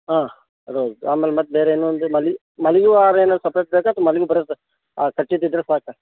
ಹಾಂ ರೋಸ್ ಆಮೇಲೆ ಮತ್ತು ಬೇರೆ ಇನ್ನೊಂದು ಮಲಿ ಮಲ್ಲಿಗೆ ಹೂವ ಹಾರ ಏನಾರೂ ಸಪ್ರೇಟ್ ಬೇಕಾ ಅಥ್ವಾ ಮಲ್ಲಿಗೆ ಬರೇ ಸ ಕಟ್ಟಿದ್ದಿದ್ದರೆ ಸಾಕಾ